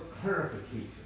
clarification